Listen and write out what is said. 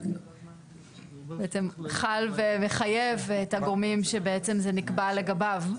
בעצם חל ומחייב את הגורמים שבעצם זה נקבע לגביו.